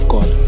God